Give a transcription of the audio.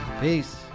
Peace